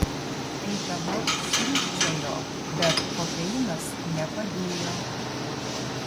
eidama sriūbčiojo bet kofeinas nepadėjo